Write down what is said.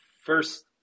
first